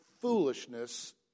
foolishness